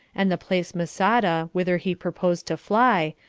and the place masada, whither he proposed to fly,